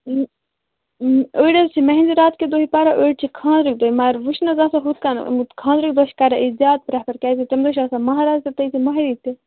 أڑۍ حظ چھِ مہندِی راتھ کہِ دۄہٕے پَران أڑۍ چھِ خانٛدرٕکۍ دۄہہِ مگر وۄنۍ چھِنہٕ حظ آسان ہُتھ کَن خاندرٕکۍ دۄہ چھِ کَران أسۍ زیادٕ پرٛٮ۪فَر کیٛازِکہِ تَمہِ دۄہ چھِ آسان مَہراز تہِ تٔتھۍ تہِ مہرٮ۪نۍ تہِ